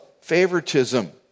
favoritism